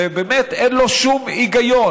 שבאמת אין בו שום היגיון.